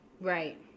Right